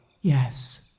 Yes